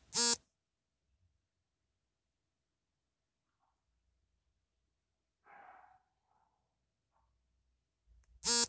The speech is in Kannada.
ಟರ್ನಿಪ್ಗೆ ಮರಳು ಮಿಶ್ರಿತ ಗೋಡು ಹಾಗೂ ಫಲವತ್ತಾಗಿರುವ ನೀರು ಇಂಗಿ ಹೋಗಬಲ್ಲ ಉದುರು ಮಣ್ಣು ಅವಶ್ಯಕವಾಗಯ್ತೆ